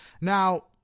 Now